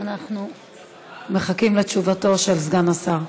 אנחנו מחכים לתשובתו של סגן השר.